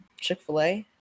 Chick-fil-A